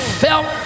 felt